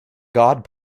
god